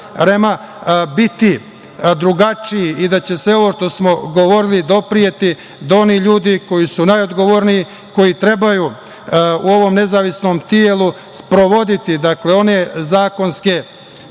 REM-a biti drugačiji i da će sve ovo što smo govorili dopreti do onih ljudi koji su najodgovorniji, koji trebaju u ovom nezavisnom telu sprovoditi one zakonske